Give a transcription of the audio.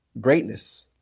Greatness